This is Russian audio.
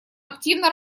активно